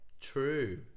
True